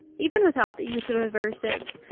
even without the use of aversives,